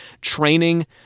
training